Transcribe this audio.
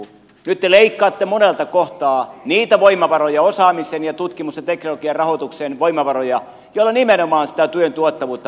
nyt te leikkaatte monelta kohtaa niitä voimavaroja osaamisen ja tutkimuksen ja teknologian rahoituksen voimavaroja joilla parannetaan nimenomaan työn tuottavuutta